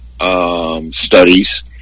Studies